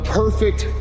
perfect